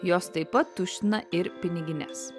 jos taip pat tuština ir pinigines